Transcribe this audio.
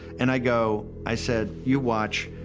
and i go, i said, you watch,